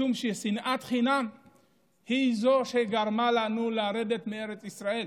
משום ששנאת חינם היא שגרמה לנו לרדת מארץ ישראל,